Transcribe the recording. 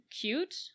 cute